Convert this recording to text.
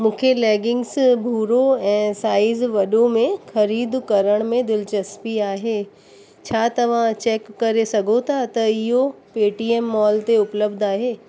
मूंखे लेगिन्गस भूरो ऐं साईज़ वॾो में ख़रीदु करण में दिलचस्पी आहे छा तव्हां चेक करे सघो ता त इहो पेटीएम मॉल ते उपलब्ध आहे